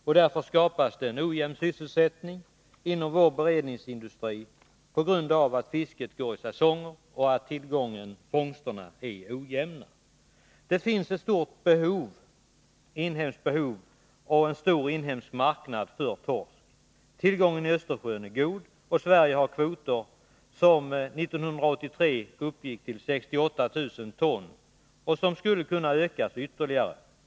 Det medför en ojämn sysselsättning vid vår beredningsindustri på grund av att fisket går i säsonger och på grund av att fångsterna är ojämna. Det finns ett stort inhemskt behov av och en stor inhemsk marknad för torsk. Tillgången i Östersjön är god, och Sverige har kvoter som för 1983 uppgår till 68 000 ton och som skulle kunna ökas ytterligare.